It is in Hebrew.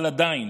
אבל עדיין,